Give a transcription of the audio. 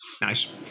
Nice